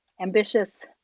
ambitious